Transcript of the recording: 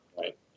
Right